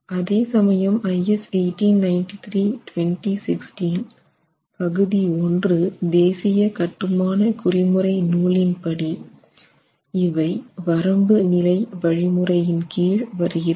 அதே சமயம் IS 1893 2016 பகுதி 1 தேசிய கட்டுமான குறிமுறை நூலின் படி இவை வரம்பு நிலை வழிமுறையின் கீழ் வருகிறது